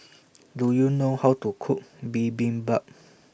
Do YOU know How to Cook Bibimbap